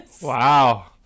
Wow